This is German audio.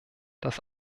das